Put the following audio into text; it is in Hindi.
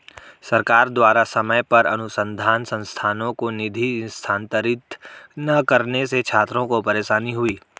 सरकार द्वारा समय पर अनुसन्धान संस्थानों को निधि स्थानांतरित न करने से छात्रों को परेशानी हुई